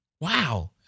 Wow